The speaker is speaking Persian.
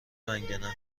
منگنه